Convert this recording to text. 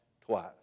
twice